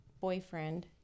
boyfriend